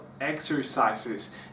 exercises